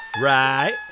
Right